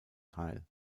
teil